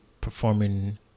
performing